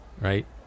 Right